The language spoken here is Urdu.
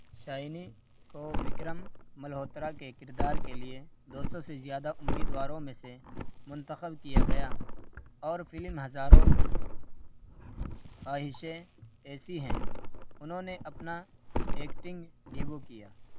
شائنی کو وکرم ملہوترا کے کردار کے لیے دو سو سے زیادہ امیدواروں میں سے منتخب کیا گیا اور فلم ہزاروں خواہشیں ایسی ہیں انہوں نے اپنا ایکٹنگ ڈیبو کیا